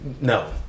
No